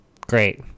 Great